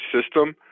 system